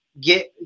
get